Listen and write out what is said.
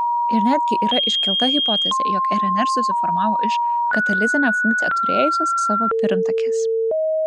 ir netgi yra iškelta hipotezė jog rnr susiformavo iš katalizinę funkciją turėjusios savo pirmtakės